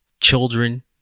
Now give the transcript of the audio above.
children